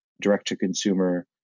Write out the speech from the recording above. direct-to-consumer